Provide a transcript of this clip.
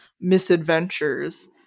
misadventures